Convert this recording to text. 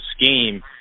scheme